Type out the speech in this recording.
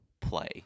play